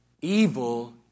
Evil